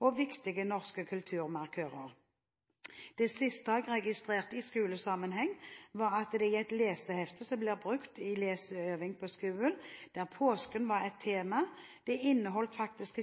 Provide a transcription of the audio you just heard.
og viktige norske kulturmarkører. Det siste jeg registrerte i skolesammenheng, var at et hefte som blir brukt til leseøving i skolen, der påsken var et tema, faktisk ikke inneholdt